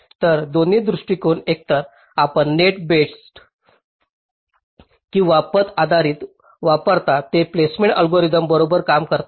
तर दोन्ही दृष्टीकोन एकतर आपण नेट बेस्ड किंवा पथ आधारित वापरता ते प्लेसमेंट अल्गोरिदम बरोबर काम करतात